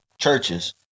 churches